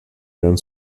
werden